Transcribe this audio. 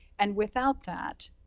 and without that,